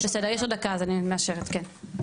בסדר יש עוד דקה אני מאשרת, תודה.